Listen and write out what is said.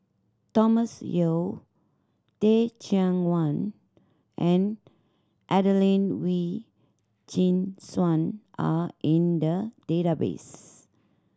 Thomas Yeo Teh Cheang Wan and Adelene Wee Chin Suan are in the database